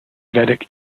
vedic